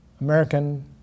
American